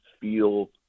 feel